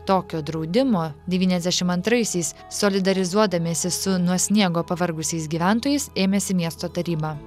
tokio draudimo devyniasdešim antraisiais solidarizuodamiesi su nuo sniego pavargusiais gyventojais ėmėsi miesto taryba